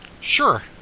Sure